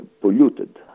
polluted